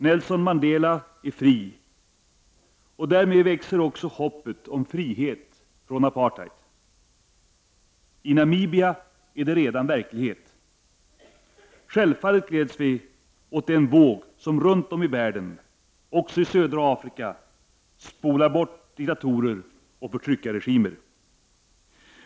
Nelson Mandela är fri, och därmed växer också hoppet om frihet från apartheid. I Namibia är detta redan förverkligat. Självfallet gläds vi alla åt den våg som runt om i världen, också i södra Afrika, spolar bort diktatorer och förtryckarregimer.